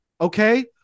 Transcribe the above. okay